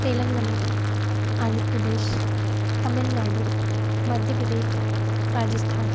Telangana Andhra Pradesh Tamil Nadu Madhya Pradesh Rajasthan